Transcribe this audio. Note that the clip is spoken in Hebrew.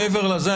מעבר לזה,